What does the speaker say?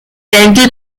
dental